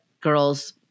girls